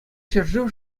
ҫӗршыв